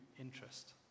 interest